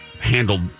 handled